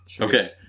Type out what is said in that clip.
Okay